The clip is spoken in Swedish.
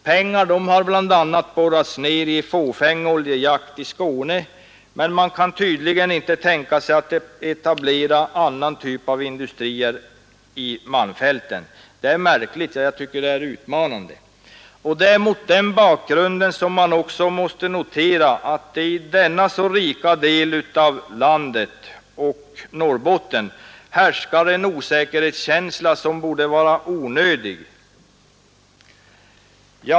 Pengar har bl.a. borrats ner i fåfäng oljejakt i Skåne, men man kan tydligen inte tänka sig att etablera annan typ av industri i Malmfälten. Det är märkligt — ja, jag tycker att det är utmanande. Det är mot den bakgrunden man också måste konstatera att det i denna så rika del av landet — Norrbotten — härskar en osäkerhetskänsla som borde vara onödig.